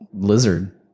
lizard